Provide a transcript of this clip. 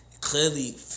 clearly